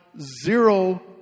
zero